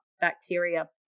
bacteria